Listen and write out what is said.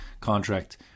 contract